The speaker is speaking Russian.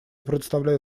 предоставляю